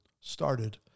started